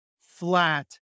flat